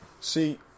See